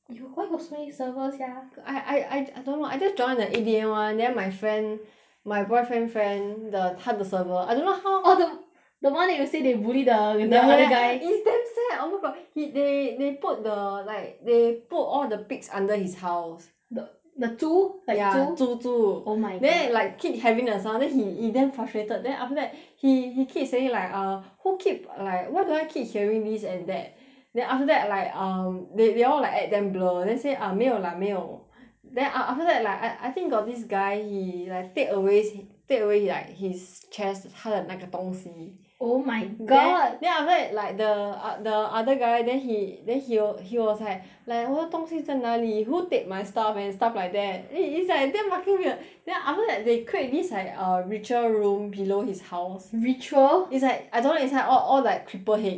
you why got so many server sia I I I don't know I just join the A_D_M [one] then my friend my boyfriend friend the 他的 server I don't know how orh the the one that you say they bully the the other guy ya ya is damn sad oh my god he they they put the like they put all the pigs under his house the the 猪 ya like 猪猪猪 oh my god then like keep having the sound then he he damn frustrated then after that he he keep saying like uh who keep like why do I keep hearing this and that then after that like um they they all like act damn blur then say 没有啦没有 then a~ after that like I I think got this guy he like take away sa~ take away like his chest 他的那个东西 oh my god then then after that like the a~ the other guy then he then he he was like like 我的东西在哪里 who take my stuff and stuff like that it it's like damn fucking weird then after that they create this like a ritual room below his house ritual is like I don't know how to say it's like all creeper heads